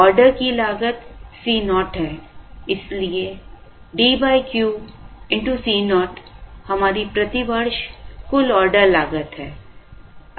order की लागत Co है इसलिए DQ Co हमारी प्रति वर्ष कुल ऑर्डर लागत है